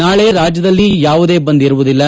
ನಾಳೆ ರಾಜ್ಯದಲ್ಲಿ ಯಾವುದೇ ಬಂದ್ ಇರುವುದಿಲ್ಲ